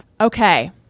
okay